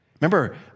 Remember